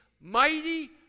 mighty